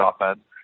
offense